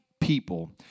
people